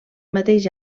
mateix